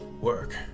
work